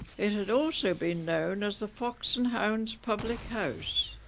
it had also been known as the fox and hounds public house